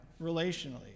relationally